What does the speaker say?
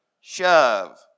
shove